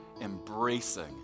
embracing